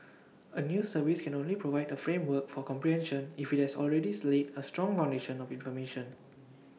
A news service can only provide A framework for comprehension if IT has already slay A strong foundation of information